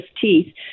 teeth